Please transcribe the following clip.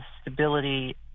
stability